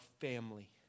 family